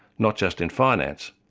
not just in finance.